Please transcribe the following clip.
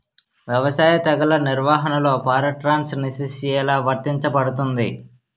వ్యవసాయ తెగుళ్ల నిర్వహణలో పారాట్రాన్స్జెనిసిస్ఎ లా వర్తించబడుతుంది?